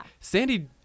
Sandy